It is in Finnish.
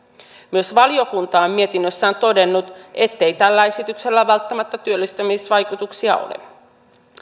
myös valiokunta on mietinnössään todennut ettei tällä esityksellä välttämättä työllistämisvaikutuksia ole